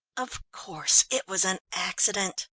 of course it was an accident!